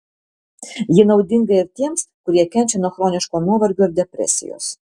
ji naudinga ir tiems kurie kenčia nuo chroniško nuovargio ir depresijos